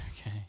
Okay